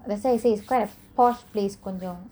that's why I say it's quite a posh place கொஞ்சோ:konjo